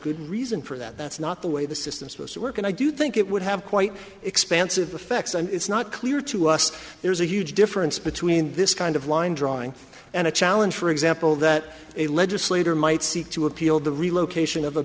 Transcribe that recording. good reason for that that's not the way the system supposed to work and i do think it would have quite expansive effects and it's not clear to us there's a huge difference between this kind of line drawing and a challenge for example that a legislator might seek to appeal the relocation of a